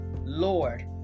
Lord